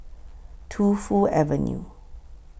Tu Fu Avenue